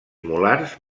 molars